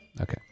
Okay